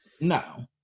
No